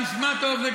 תשמע טוב,